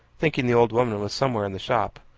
thinking the old woman was somewhere in the shop.